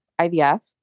IVF